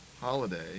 holiday